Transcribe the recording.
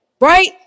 right